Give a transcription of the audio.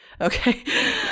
Okay